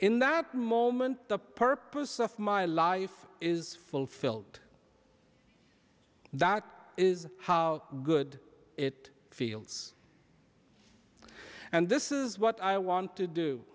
in that moment the purpose of my life is fulfilled that is how good it feels and this is what i want to do